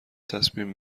تصمیم